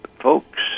Folks